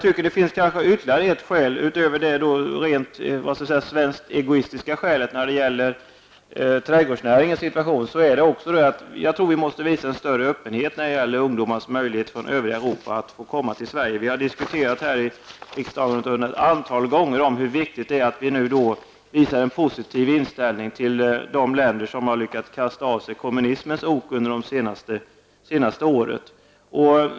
Det finns kanske ytterligare ett skäl utöver det så att säga rent svenskt egoistiska skälet som trädgårdsnäringens situation utgör. Vi måste visa en större öppenhet när det gäller möjlighet för ungdomar från hela Europa att komma till Sverige. Vi har här i riksdagen ett antal gånger diskuterat hur viktigt det är att vi visar en positiv inställning till de länder som under det senaste året har lyckats kasta av sig kommunismens ok.